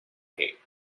hate